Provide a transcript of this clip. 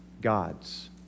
gods